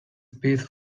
space